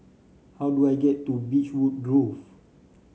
how do I get to Beechwood Grove